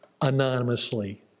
anonymously